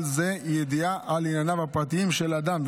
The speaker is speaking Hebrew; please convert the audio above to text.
זה ידיעה על ענייניו הפרטיים של אדם,